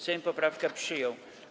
Sejm poprawkę przyjął.